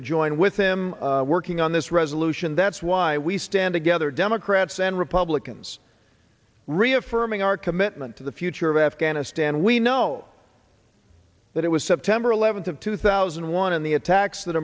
to join with him working on this resolution that's why we stand together democrats and republicans reaffirming our commitment to the future of afghanistan we know that it was september eleventh of two thousand and one and the attacks that